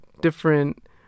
different